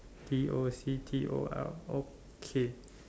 D O C T O R okay